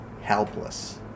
helpless